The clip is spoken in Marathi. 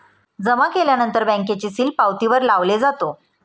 जमा केल्यानंतर बँकेचे सील पावतीवर लावले जातो